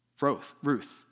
Ruth